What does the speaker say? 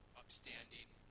upstanding